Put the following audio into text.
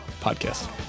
Podcast